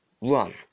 Run